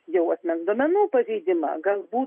jau asmens duomenų pažeidimą galbūt